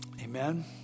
amen